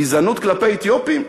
גזענות כלפי אתיופים?